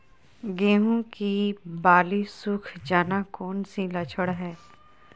गेंहू की बाली सुख जाना कौन सी लक्षण है?